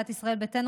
סיעת ישראל ביתנו,